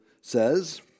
says